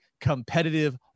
competitive